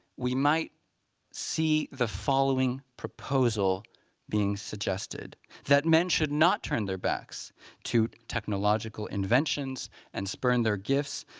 we might see the following proposal being suggested that men should not turn their backs to technological inventions and spurn their gifts,